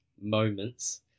moments